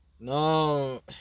No